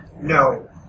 No